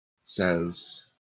says